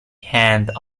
hand